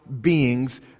beings